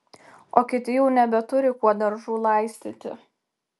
o kiti jau nebeturi kuo daržų laistyti